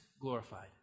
glorified